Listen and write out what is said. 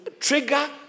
Trigger